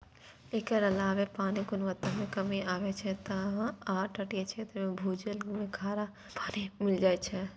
एकर अलावे पानिक गुणवत्ता मे कमी आबै छै आ तटीय क्षेत्र मे भूजल मे खारा पानि मिल जाए छै